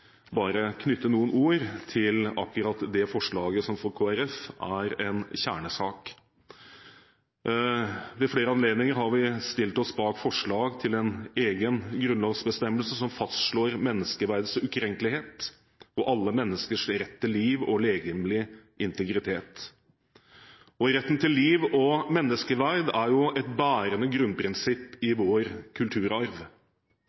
bare å knytte noen ord til akkurat det forslaget, som for Kristelig Folkeparti er en kjernesak. Ved flere anledninger har vi stilt oss bak forslag til en egen grunnlovsbestemmelse som fastslår menneskeverdets ukrenkelighet og alle menneskers rett til liv og legemlig integritet. Retten til liv og menneskeverd er jo et bærende grunnprinsipp